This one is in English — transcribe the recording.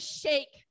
shake